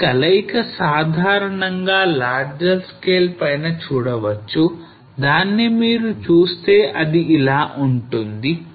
ఈ కలయిక సాధారణంగా larger scale పైన చూడవచ్చు దాన్ని మీరు చూస్తే అది ఇలా ఉంటుంది